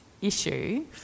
issue